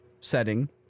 setting